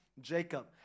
Jacob